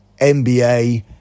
NBA